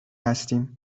هستیم